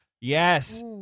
Yes